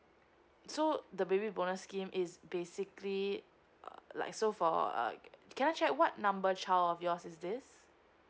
so the baby bonus scheme is basically like so for a like can I check what number child of yours is this